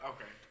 Okay